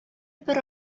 бер